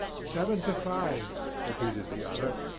seven to five! repeated the other,